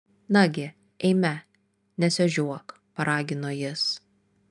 nagi eime nesiožiuok paragino jis